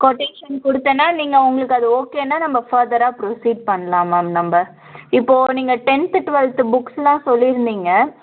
quotation கொடுத்தனா நீங்கள் உங்களுக்கு அது ஓகேன்னா நம்ப ஃபர்தராக ப்ரொஸிட் பண்ணலாம் மேம் நம்ப இப்போ நீங்கள் டென்த்து டுவெல்த்து புக்ஸ்லாம் சொல்லிருந்திங்க